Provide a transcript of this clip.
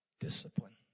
discipline